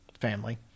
family